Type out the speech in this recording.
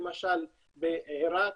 למשל בעירק,